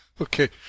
Okay